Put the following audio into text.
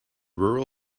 rural